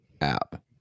app